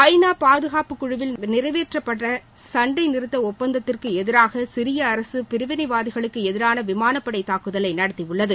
ஐநா பாதுகாப்புக்குழுவில் நிறைவேற்றப்பட்ட சண்டை நிறுத்த ஒப்பந்தத்திற்கு எதிராக சிரிய அரசு பிரிவினைவாதிகளுக்கு எதிரான விமானப்படை தாக்குதலை நடத்தியுள்ளது